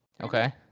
okay